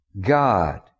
God